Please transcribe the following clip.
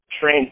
train